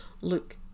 look